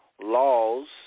laws